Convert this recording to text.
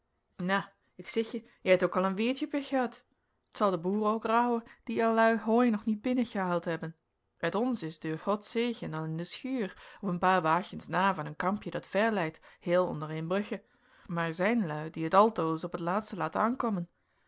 nou ik zeg je heit ook al een weertje op weg ehad t zel de boeren ook rouwen die erlui hooi nog niet binnen ehaald hebben het onze is deur gods zegen al in de schuur op een paar wagens na van een kampje dat ver leit heel onder eembrugge maar er zijn lui die het altoos op het laatste laten ankomen